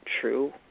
true